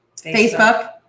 Facebook